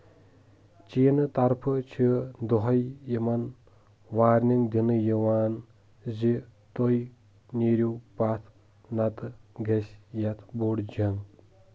چیٖنہٕ طرفہٕ چھِ دۄہے یِوان وارنَنگ دِنہٕ یِوان زِ تُہۍ نیٖرو پاتھ نَتہٕ گژھِ یَتھ بوٚڑ جنٛگ